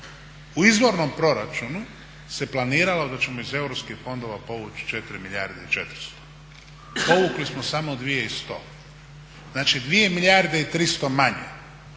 u izvornom proračunu se planiralo da ćemo iz europskih fondova povući 4 milijarde i 400. Povukli smo samo 2100, znači 2 milijarde i 300 manje.